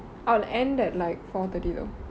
I'll end at like four thirty though